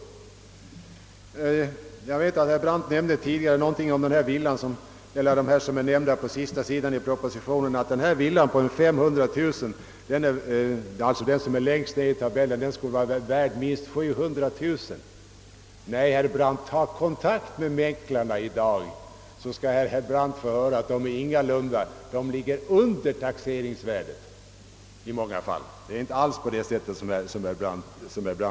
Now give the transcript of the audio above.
Herr Brandt sade att den villa som står upptagen längst ned i propositionens tabell på sista sidan och som har 500 000 kronors taxeringsvärde är värd minst 700000 kronor. Nej, om herr Brandt tar kontakt med mäklare, kommer herr Brandt att få veta att dessa villors försäljningsvärde i många fall ligger under taxeringsvärdet. Det förhåller sig inte alls på det sätt som herr Brandt tror.